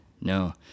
No